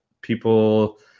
people